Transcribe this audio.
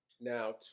Now